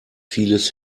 vieles